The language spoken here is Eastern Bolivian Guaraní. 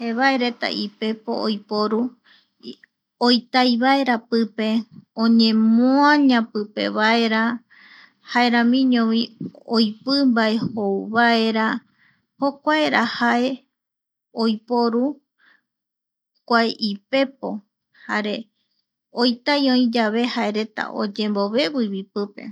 Jevaereta ipepo oiporu, oitai vaera, oñemoaña pipe vaera jeramiñovi oipi mbae jou vaera jokuaera jae oiporu kuae ipepo jare oitai oï yave jaereta oye mo veviivi pipe.